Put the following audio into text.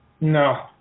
No